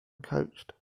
coached